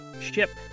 Ship